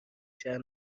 شهر